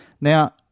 Now